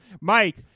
Mike